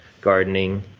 gardening